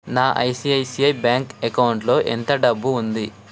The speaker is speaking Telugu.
నా ఐసిఐసిఐ బ్యాంక్ అకౌంట్లో ఎంత డబ్బు ఉంది